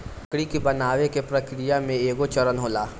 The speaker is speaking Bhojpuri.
लकड़ी के बनावे के प्रक्रिया में एगो चरण होला